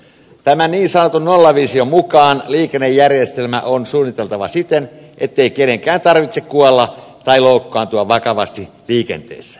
tämän niin sanotun nollavision mukaan liikennejärjestelmä on suunniteltava siten ettei kenenkään tarvitse kuolla tai loukkaantua vakavasti liikenteessä